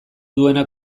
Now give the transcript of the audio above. duena